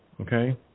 Okay